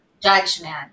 Judgment